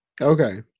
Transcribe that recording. okay